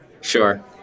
sure